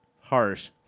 Harsh